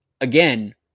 again